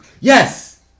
Yes